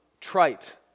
trite